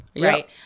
right